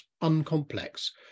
uncomplex